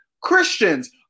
Christians